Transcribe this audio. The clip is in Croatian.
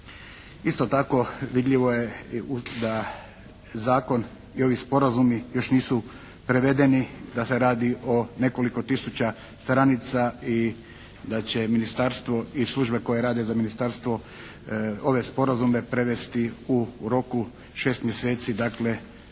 Isto tako vidljivo je i da zakon i ovi sporazumi još nisu prevedeni da se radi o nekoliko tisuća stranica i da će ministarstvo i službe koje rade za ministarstvo ove sporazume prevesti u roku 6 mjeseci. Dakle,